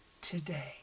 today